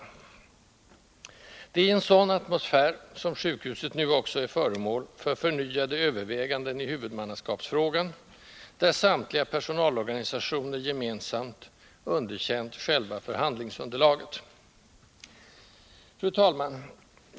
Det är i en , sådan atmosfär som sjukhuset nu också är föremål för förnyade övervägan : den i huvudmannaskapsfrågan, där samtliga personalorganisationer gemensamt underkänt själva förhandlingsunderlaget. Fru talman!